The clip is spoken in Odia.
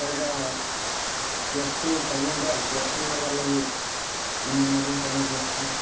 ସାର୍ ଏଇଟା ପ୍ଲସ୍ ଟୁ ସର୍ଲା ଏଟା ପ୍ଲସ୍ ଥ୍ରୀ କର୍ବା ଲାଗି ଇଞ୍ଜିନିଅରିଂ କରିମି ନା ପ୍ଲସ୍ ଥ୍ରୀ